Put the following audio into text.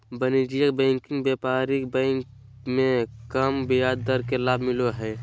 वाणिज्यिक बैंकिंग व्यापारिक बैंक मे कम ब्याज दर के लाभ मिलो हय